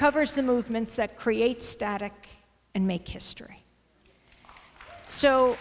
covers the movements that create static and make history so